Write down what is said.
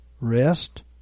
rest